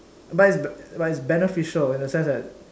but it's b~ but it's beneficial in the sense that